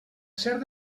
ser